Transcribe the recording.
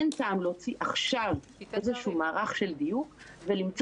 אין טעם להוציא עכשיו איזשהו מערך של דיוק ולמצוא